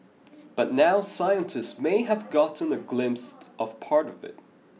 but now scientists may have gotten a glimpse of part of it